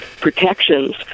protections